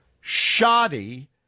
shoddy